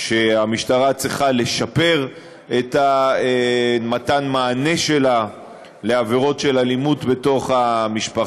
שהמשטרה צריכה לשפר את מתן המענה שלה על עבירות של אלימות במשפחה.